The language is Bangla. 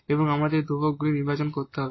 এবং আমাদের এই ধ্রুবকগুলি নির্বাচন করতে হবে